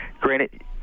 granted –